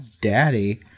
daddy